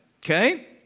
Okay